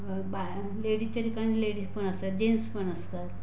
बाया लेडीजच्या ठिकाणी लेडीज पण असतात जेन्टस पण असतात